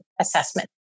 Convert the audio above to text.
assessment